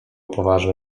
poważne